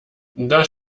das